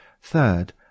Third